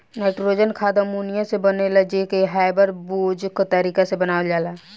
nitrogen खाद ammonia से बनेला जे के हैबर बोच तारिका से बनावल जाला